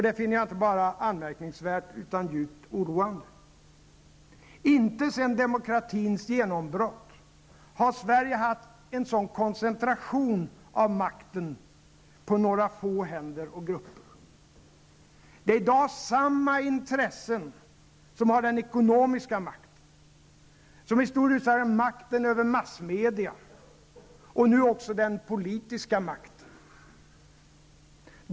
Det finner jag inte bara anmärkningsvärt utan djupt oroande. Inte sedan demokratins genombrott har Sverige haft en sådan koncentration av makten på några få händer och grupper. Det är i dag samma intressen som har den ekonomiska makten, makten över massmedia och nu också den politiska makten.